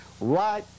right